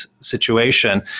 situation